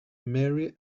mary